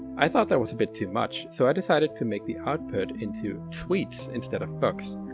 i thought that was a bit too much, so i decided to make the output into tweets instead of books,